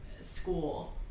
school